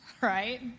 right